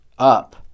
up